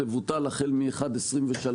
תבוטל החל מינואר 2023,